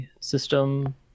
system